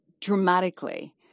dramatically